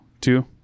two